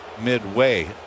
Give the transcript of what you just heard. midway